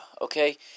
okay